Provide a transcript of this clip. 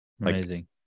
Amazing